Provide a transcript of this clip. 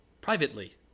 privately